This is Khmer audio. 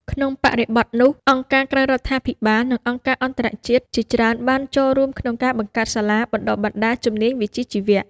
ក្នុងបរិបទនោះ អង្គការក្រៅរដ្ឋាភិបាលនិងអង្គការអន្តរជាតិជាច្រើនបានចូលរួមក្នុងការបង្កើតសាលាបណ្តុះបណ្តាលជំនាញវិជ្ជាជីវៈ។